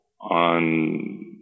on